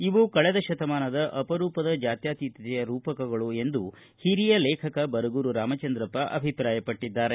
ಇವು ಕಳೆದ ಶತಮಾನದ ಅಪರೂಪದ ಜ್ಞಾತ್ಯಾತೀತತೆಯ ರೂಪಕಗಳು ಎಂದು ಹಿರಿಯ ಲೇಖದ ಬರಗೂರು ರಾಮಚಂದ್ರಪ್ಪ ಅಭಿಪ್ರಾಯಪಟ್ಟಿದ್ದಾರೆ